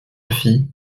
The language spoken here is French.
fille